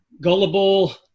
gullible